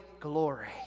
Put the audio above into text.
glory